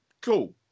cool